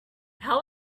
how